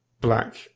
black